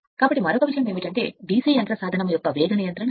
కాబట్టి మరొక విషయం ఏమిటంటే DC యంత్ర సాధనము యొక్క వేగ నియంత్రణ